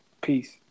Peace